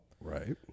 Right